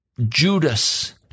Judas